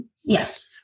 Yes